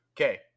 okay